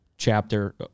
chapter